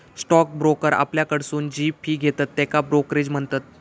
stock broker आपल्याकडसून जी fee घेतत त्येका ब्रोकरेज म्हणतत